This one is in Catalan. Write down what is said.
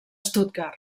stuttgart